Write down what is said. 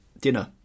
dinner